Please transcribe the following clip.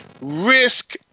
risk